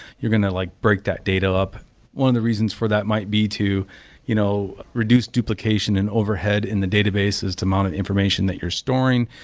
you're going to like break that data up one of the reasons for that might be to you know reduce duplication and overhead in the database as to amount of information that you're storing.